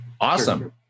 Awesome